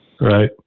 Right